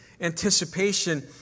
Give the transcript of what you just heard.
anticipation